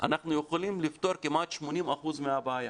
אנחנו יכולים לפתור כמעט 80% מהבעיה.